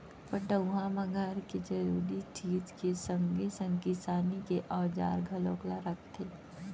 पटउहाँ म घर के जरूरी चीज के संगे संग किसानी के औजार घलौ ल रखथे